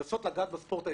לנסות לגעת בספורט ההישגי.